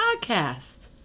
podcast